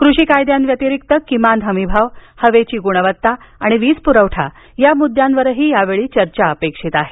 कृषी कायद्यांव्यतिरिक्त किमान हमी भाव हवेची गुणवत्ता आणि वीजपुरवठा या मुद्यांवरही यावेळी चर्चा अपेक्षित आहे